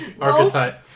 Archetype